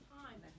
time